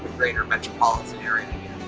greater metropolitan area